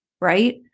right